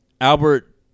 albert